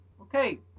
okay